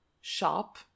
shop